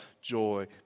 joy